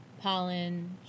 pollen